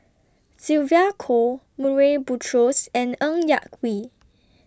Sylvia Kho Murray Buttrose and Ng Yak Whee